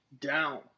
down